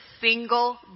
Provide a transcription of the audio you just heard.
single